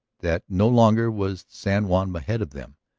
that no longer was san juan ahead of them,